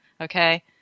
Okay